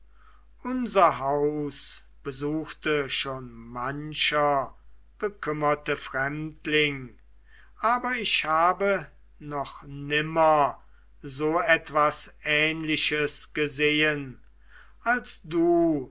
unser haus besuchte schon mancher bekümmerte fremdling aber ich habe noch nimmer so etwas ähnlichs gesehen als du